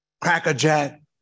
crackerjack